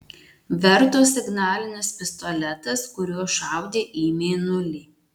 verto signalinis pistoletas kuriuo šaudė į mėnulį